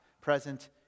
present